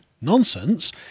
nonsense